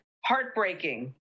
heartbreaking